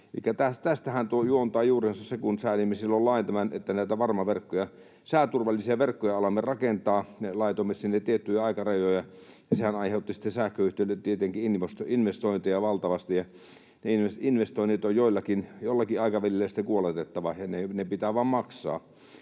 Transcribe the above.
tuo juontaa juurensa, kun säädimme silloin lain, että näitä sääturvallisia verkkoja alamme rakentaa. Me laitoimme sinne tiettyjä aikarajoja, ja sehän aiheutti sitten sähköyhtiöille tietenkin investointeja valtavasti, ja ne investoinnit on jollakin aikavälillä sitten kuoletettava. Ne pitää vain maksaa.